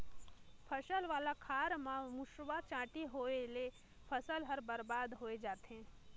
फसल वाला खार म मूसवा, चांटी होवयले फसल हर बरबाद होए जाथे